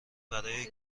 برای